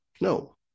no